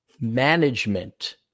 management